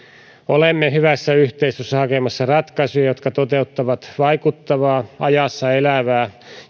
olemme hyvässä yhteistyössä hakemassa ratkaisuja jotka toteuttavat vaikuttavaa ajassa elävää